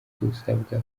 dusabwa